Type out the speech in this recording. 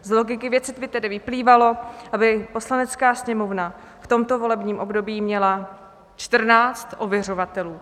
Z logiky věci by tedy vyplývalo, aby Poslanecká sněmovna v tomto volebním období měla 14 ověřovatelů.